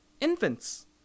infants